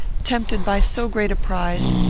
tempted by so great a prize,